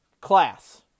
class